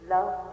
Love